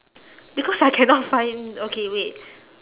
because I cannot find okay wait